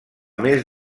més